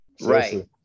Right